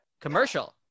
Commercial